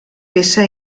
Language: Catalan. peça